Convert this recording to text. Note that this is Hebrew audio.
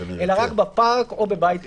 אלא רק בפארק או בבית פרטי.